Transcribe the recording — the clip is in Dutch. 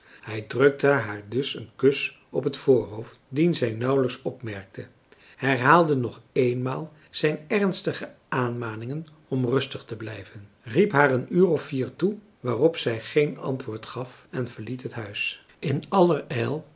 hij drukte haar dus een kus op het voorhoofd dien zij nauwelijks opmerkte herhaalde nog eenmaal zijn ernstige aanmaningen om rustig te blijven riep haar een tot vier uur toe waarop zij geen antwoord gaf en verliet het huis in